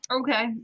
Okay